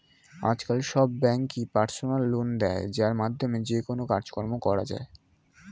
আজকাল সব ব্যাঙ্কই পার্সোনাল লোন দেয় যার মাধ্যমে যেকোনো কাজকর্ম করা যায়